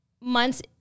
months